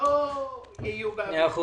לא יהיו באוויר.